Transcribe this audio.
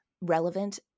relevant